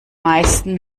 meisten